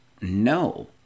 No